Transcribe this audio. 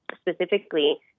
specifically